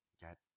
get